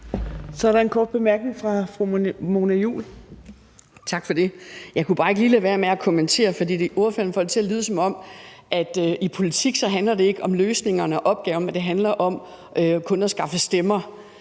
Så er der en kort bemærkning fra fru Mona Juul. Kl. 16:36 Mona Juul (KF): Tak for det. Jeg kunne bare ikke lade være med lige at kommentere, for ordføreren får det til at lyde, som om det i politik ikke handler om løsningerne og opgaven, men kun om at skaffe stemmer.